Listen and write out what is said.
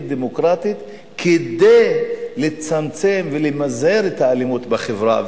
דמוקרטית כדי לצמצם ולמזער את האלימות בחברה,